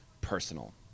personal